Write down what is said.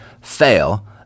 fail